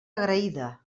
agraïda